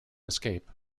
escape